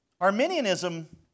Arminianism